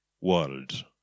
world